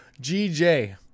GJ